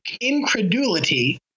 incredulity